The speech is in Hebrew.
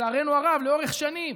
לצערנו הרב, לאורך שנים.